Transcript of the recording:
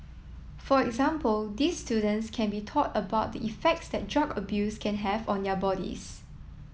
for example these students can be taught about the effects that drug abuse can have on their bodies